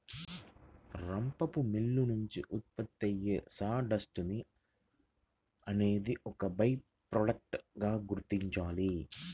రంపపు మిల్లు నుంచి ఉత్పత్తి అయ్యే సాడస్ట్ ని అనేది ఒక బై ప్రొడక్ట్ గా గుర్తించాలి